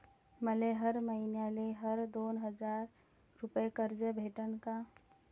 मले हर मईन्याले हर दोन हजार रुपये कर्ज भेटन का?